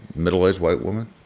middle-aged white woman.